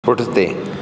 पुठिते